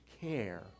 care